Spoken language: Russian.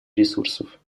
ресурсов